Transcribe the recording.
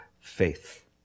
faith